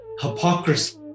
hypocrisy